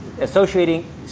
associating